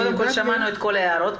שמענו את כל ההערות.